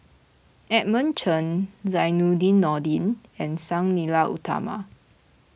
Edmund Chen Zainudin Nordin and Sang Nila Utama